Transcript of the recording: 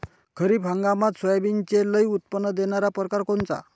खरीप हंगामात सोयाबीनचे लई उत्पन्न देणारा परकार कोनचा?